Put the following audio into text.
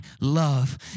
love